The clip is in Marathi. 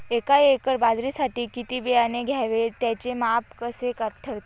एका एकर बाजरीसाठी किती बियाणे घ्यावे? त्याचे माप कसे ठरते?